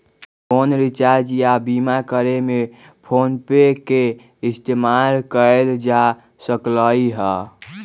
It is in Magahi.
फोन रीचार्ज या बीमा करे में फोनपे के इस्तेमाल कएल जा सकलई ह